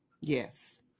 Yes